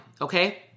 okay